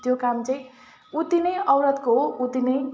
त्यो काम चाहिँ उति नै औरतको हो उति नै